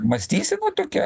mąstysena tokia